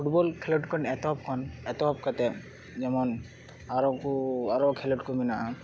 football ᱠᱷᱮᱞᱳᱰ ᱠᱷᱚᱱ ᱮᱛᱚᱦᱚᱵ ᱠᱷᱚᱱ ᱮᱛᱚᱦᱚᱵ ᱠᱟᱛᱮ ᱡᱮᱢᱚᱱ ᱟᱨᱚᱠᱩ ᱟᱨᱚ ᱠᱷᱮᱞᱳᱰ ᱠᱚ ᱢᱮᱱᱟᱜᱼᱟ